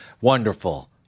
wonderful